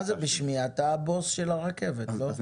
אתה הבוס של הרכבת, לא?